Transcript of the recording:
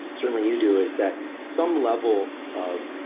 certainly you do is that some level of